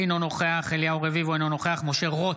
אינו נוכח אליהו רביבו, אינו נוכח משה רוט,